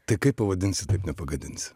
tai kaip pavadinsi taip nepagadinsi